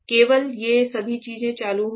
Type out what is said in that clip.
केवल ये सभी चीजें चालू होंगी